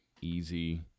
easy